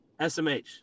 SMH